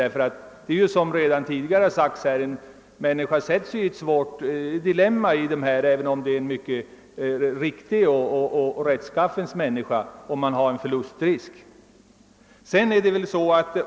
Det är ju så som man redan tidigare har sagt här att människor försätts i ett dilemma — även om det är rättskaffens folk — om det föreligger en förlustrisk.